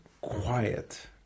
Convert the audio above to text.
quiet